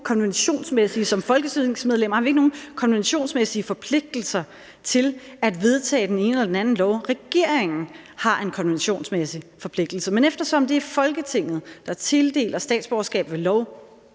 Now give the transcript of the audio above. som folketingsmedlemmer ikke nogen konventionsmæssige forpligtelser til at vedtage den ene eller den anden lov. Regeringen har konventionsmæssige forpligtelser, men eftersom det er Folketinget, der tildeler statsborgerskab ved lov,